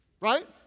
Right